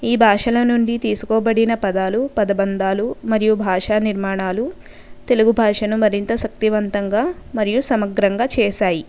ఈ భాషలనుండి తీసుకోబడిన పదాలు పదభందాలు మరియు భాషానిర్మాణాలు తెలుగు భాషను మరింత శక్తివంతంగా మరియు సమగ్రంగా చేశాయి